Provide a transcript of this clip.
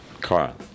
Carl